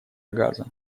газа